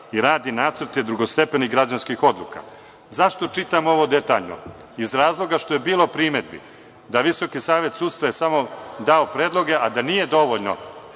i radi nacrte drugostepenih građanskih odluka.Zašto čitam ovo detaljno? Iz razloga što je bilo primedbi da Visoki savet sudstva je samo dao predloge, a da nije dovoljno